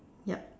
yup